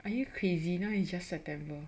are you crazy now it's just September